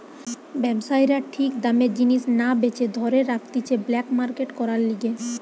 ব্যবসায়ীরা ঠিক দামে জিনিস না বেচে ধরে রাখতিছে ব্ল্যাক মার্কেট করার লিগে